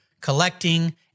collecting